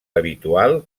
habitual